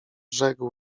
rzekł